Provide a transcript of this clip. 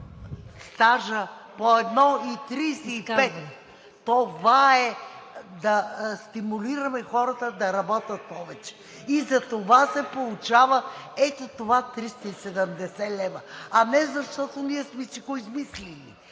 стажа по 1,35. Това е да стимулираме хората да работят повече и затова се получават 370 лв., а не защото ние сме си го измислили.